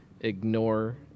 ignore